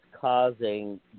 causing